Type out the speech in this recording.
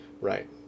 Right